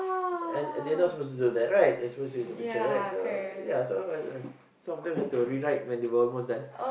and they are not supposed to do that right they are supposed to use the picture right so ya so some of them have to rewrite when they are almost done